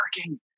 working